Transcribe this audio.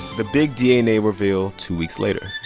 the big dna reveal two weeks later